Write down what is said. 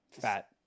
Fat